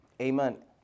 amen